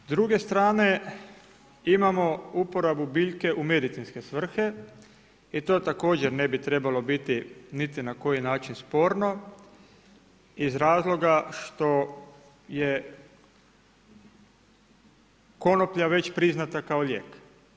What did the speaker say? S druge strane, imamo uporabu biljke u medicinske svrhe i to također ne bi trebalo biti niti na koji način sporno iz razloga što je konoplja već priznata kao lijek.